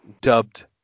dubbed